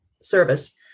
service